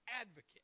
advocate